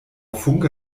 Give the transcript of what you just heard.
funke